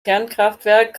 kernkraftwerk